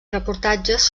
reportatges